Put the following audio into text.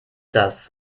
das